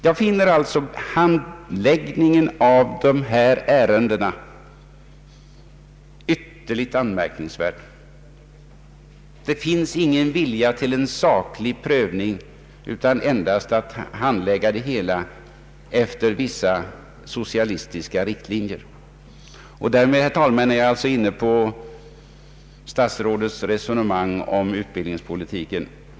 Jag finner alltså handläggningen av dessa ärenden ytterligt anmärkningsvärd. Det finns ingen vilja till en saklig prövning utan endast att handlägga det hela efter vissa socialistiska riktlinjer. Därmed, herr talman, är jag alltså inne på statsrådets resonemang om utbildningspolitiken.